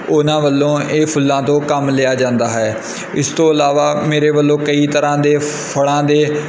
ਉਹਨਾਂ ਵੱਲੋਂ ਇਹ ਫੁੱਲਾਂ ਤੋਂ ਕੰਮ ਲਿਆ ਜਾਂਦਾ ਹੈ ਇਸ ਤੋਂ ਇਲਾਵਾ ਮੇਰੇ ਵੱਲੋਂ ਕਈ ਤਰ੍ਹਾਂ ਦੇ ਫ਼ਲਾਂ ਦੇ